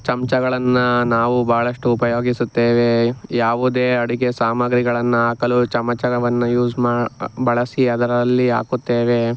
ಚಮಚಗಳನ್ನು ನಾವು ಬಹಳಷ್ಟು ಉಪಯೋಗಿಸುತ್ತೇವೆ ಯಾವುದೇ ಅಡುಗೆ ಸಾಮಾಗ್ರಿಗಳನ್ನು ಹಾಕಲು ಚಮಚವನ್ನು ಯೂಸ್ ಮಾಡಿ ಬಳಸಿ ಅದರಲ್ಲಿ ಹಾಕುತ್ತೇವೆ